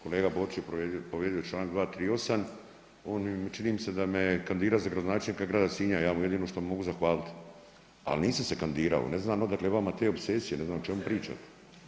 Kolega Borić je povrijedio čl. 238., čini mi se da me je kandidirao za gradonačelnika grada Sinja, ja mu jedino što mogu zahvalit, al nisam se kandidirao, ne znam odakle vama te opsesije, ne znam o čemu pričate?